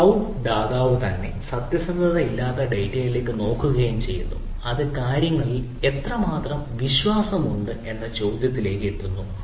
cloud ദാതാവ് തന്നെ സത്യസന്ധത ഇല്ലാതെ ഡാറ്റയിലേക്ക് നോക്കുകയും ചെയ്യും അത് കാര്യങ്ങളിൽ എത്രമാത്രം വിശ്വാസമുണ്ട് എന്ന ചോദ്യത്തിലേക്ക് എത്തുന്നു